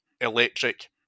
electric